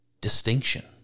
distinction